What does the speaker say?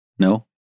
No